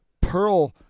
pearl